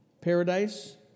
paradise